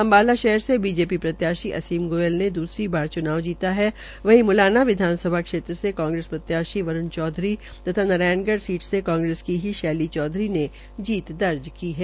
अम्बाला शहर से बीजेपी प्रत्याशी असीम गोयल ने द्सरी बार चुनाव जीता है वहीं मुलाना विधासभा क्षेत्र से कांग्रेस प्रत्याशी वरूण चौधरी तथा नारायणगढ़ से कांग्रेस की ही शैली चौधरी ने जीत दर्ज की है